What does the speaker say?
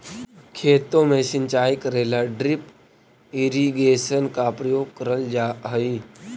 खेतों में सिंचाई करे ला ड्रिप इरिगेशन का प्रयोग करल जा हई